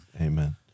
Amen